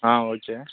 ஆ okay